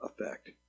effect